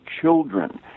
children